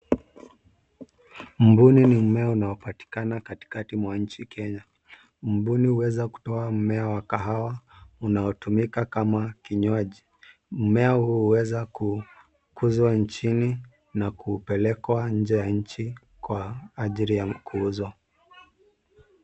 Mbuni ni mimea unaopatikana katikati mwa nchi Kenya. Mbuni huweza kutoa mimea wa kahawa unaotumika kama kinywaji. Mmea huu huweza kukuzwa nchini na kupelekwa nje ya nchi Kwa ajili ya kuuziwa.